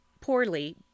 poorly